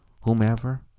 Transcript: whomever